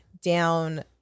down